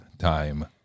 time